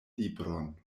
libron